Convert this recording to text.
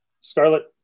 Scarlet